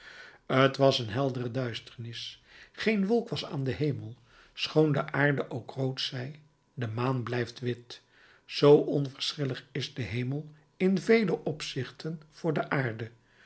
t was een heldere duisternis geen wolk was aan den hemel schoon de aarde ook rood zij de maan blijft wit zoo onverschillig is de hemel in vele opzichten voor de aarde